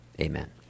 Amen